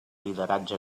lideratge